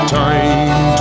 time